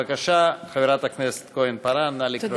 בבקשה, חברת הכנסת כהן-פארן, נא לקרוא את השאילתה.